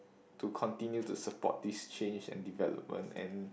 to continue to support this change and development and